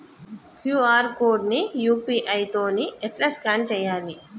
QR code ని UPI తోని ఎట్లా స్కాన్ చేయాలి?